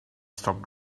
stop